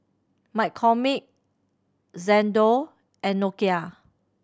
McCormick Xndo and Nokia